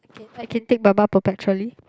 okay I can take Baba perpetually